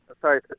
Sorry